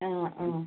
ആ ആ